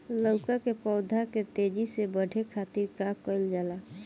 लउका के पौधा के तेजी से बढ़े खातीर का कइल जाला?